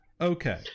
Okay